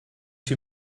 too